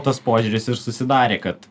tas požiūris ir susidarė kad